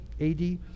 AD